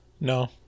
No